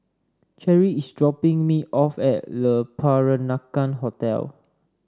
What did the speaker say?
Cherry is dropping me off at Le Peranakan Hotel